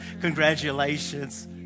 Congratulations